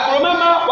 remember